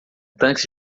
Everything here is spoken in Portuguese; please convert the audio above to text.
tanques